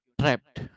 trapped